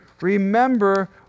Remember